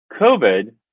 COVID